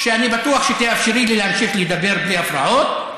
אני בטוח שתאפשרי לי להמשיך לדבר בלי הפרעות,